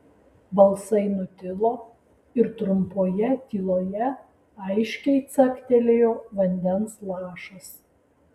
balsai nutilo ir trumpoje tyloje aiškiai caktelėjo vandens lašas